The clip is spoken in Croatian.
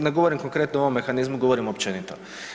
Ne govorim konkretno o ovom mehanizmu, govorim općenito.